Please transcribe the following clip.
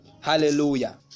Hallelujah